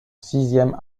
sixième